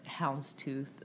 houndstooth